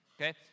okay